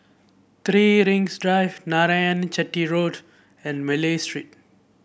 Three Rings Drive Narayanan Chetty Road and Malay Street